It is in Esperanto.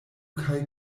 kaj